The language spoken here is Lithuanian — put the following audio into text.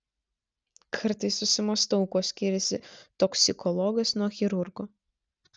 kartais susimąstau kuo skiriasi toksikologas nuo chirurgo